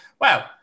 wow